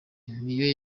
niyo